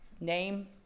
name